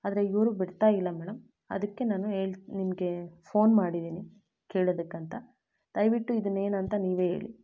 ಆದರೆ ಇವರು ಬಿಡ್ತಾ ಇಲ್ಲ ಮೇಡಮ್ ಅದಕ್ಕೆ ನಾನು ಹೇಳು ನಿಮಗೆ ಫೋನ್ ಮಾಡಿದ್ದೀನಿ ಕೇಳೋದಕ್ಕಂತ ದಯವಿಟ್ಟು ಇದನ್ನೇನು ಅಂತ ನೀವೇ ಹೇಳಿ